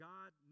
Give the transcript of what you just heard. God